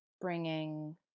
bringing